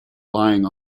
lying